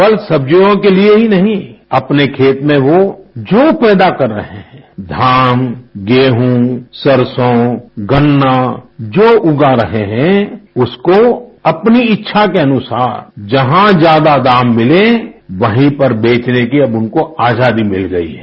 फल सब्जियों के लिए ही नहीं अपने खेत में यो जो पैदा कर रहें हैं धान गेहूं ससों गन्ना जो उगा रहे हैं उसको अपनी इच्छा के अनुसार जहाँ ज्यादा दाम मिले वहीँ पर बेचने की अब उनको आजादी मिल गई है